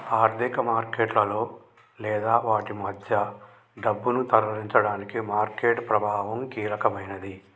ఆర్థిక మార్కెట్లలో లేదా వాటి మధ్య డబ్బును తరలించడానికి మార్కెట్ ప్రభావం కీలకమైనది